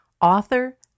author